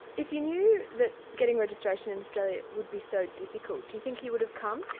if you knew that getting registration in australia would be so difficult do you think you would have come?